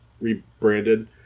rebranded